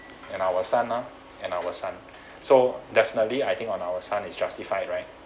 and our son ah and our son so definitely I think on our son is justified right